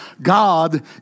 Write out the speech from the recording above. God